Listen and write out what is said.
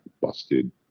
busted